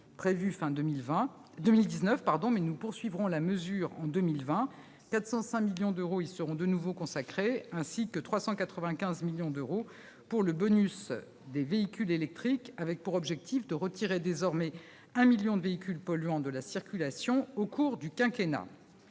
à la fin de 2019, mais nous poursuivrons la mesure en 2020 : 405 millions d'euros y seront de nouveau consacrés, ainsi que 395 millions d'euros pour le bonus des véhicules électriques avec pour objectif désormais de retirer 1 million de véhicules polluants au cours du quinquennat.